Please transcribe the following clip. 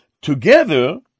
together